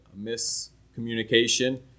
miscommunication